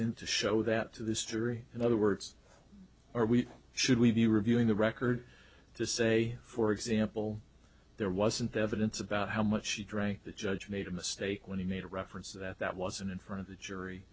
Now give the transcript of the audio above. in to show that to this jury in other words are we should we be reviewing the record to say for example there wasn't evidence about how much she drank the judge made a mistake when he made reference that that wasn't in front of the